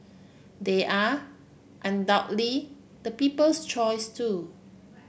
they are the people's choice too